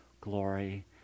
glory